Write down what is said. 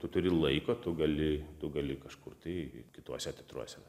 tu turi laiko tu gali tu gali kažkur tai kituose teatruose